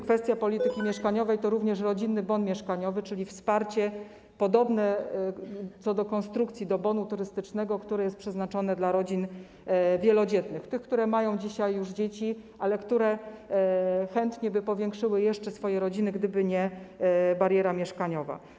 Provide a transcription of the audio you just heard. Kwestia polityki mieszkaniowej to również rodzinny bon mieszkaniowy - czyli wsparcie podobne co do konstrukcji do bonu turystycznego - który jest przeznaczony dla rodzin wielodzietnych, tych, które dzisiaj mają już dzieci, ale chętnie by powiększyły jeszcze swoje rodziny, gdyby nie bariera mieszkaniowa.